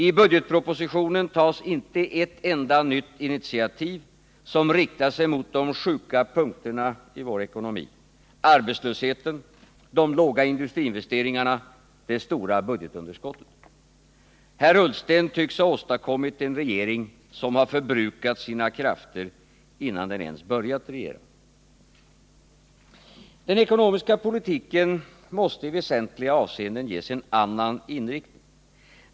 I budgetpropositionen tas inte ett enda nytt initiativ som riktar sig mot de sjuka punkterna i vår ekonomi — arbetslösheten, de låga industriinvesteringarna, det stora budgetunderskottet. Herr Ullsten tycks ha åstadkommit en regering som har förbrukat sina krafter innan den ens börjat regera. Den ekonomiska politiken måste i väsentliga avseenden ges en annan inriktning.